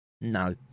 No